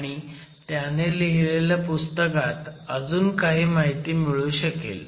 आणि त्याने लिहिलेल्या पुस्तकात अजून काही माहिती किळू शकेल